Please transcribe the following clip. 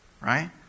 right